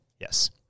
yes